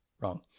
wrong